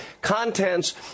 contents